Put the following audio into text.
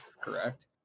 correct